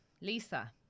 lisa